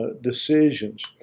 decisions